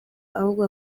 ahubwo